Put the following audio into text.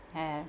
have